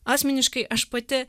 asmeniškai aš pati